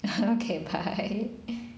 okay bye